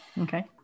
Okay